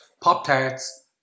Pop-tarts